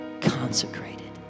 consecrated